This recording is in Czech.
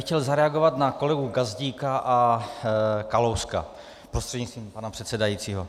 Chtěl bych zareagovat na kolegu Gazdíka a Kalouska prostřednictvím pana předsedajícího.